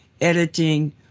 editing